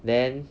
then